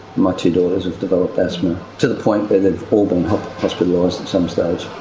my two daughters have developed asthma, to the point where they've all been hospitalised at some stage.